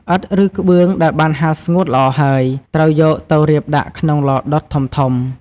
ឥដ្ឋ ឬក្បឿងដែលបានហាលស្ងួតល្អហើយ ត្រូវយកទៅរៀបដាក់ក្នុងឡដុតធំៗ។